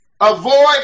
Avoid